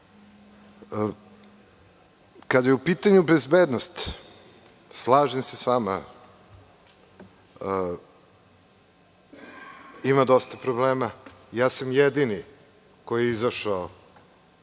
je u pitanju bezbednost, slažem se sa vama, ima dosta problema. Jedini sam koji je izašao